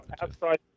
Outside